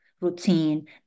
routine